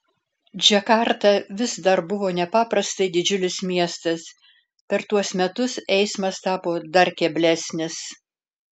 džakarta vis dar buvo nepaprastai didžiulis miestas per tuos metus eismas tapo dar keblesnis